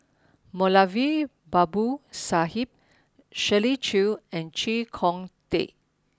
Moulavi Babu Sahib Shirley Chew and Chee Kong Tet